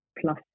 plus